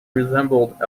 resembled